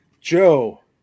Joe